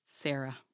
Sarah